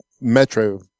Metro